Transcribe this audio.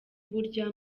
burya